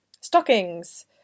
stockings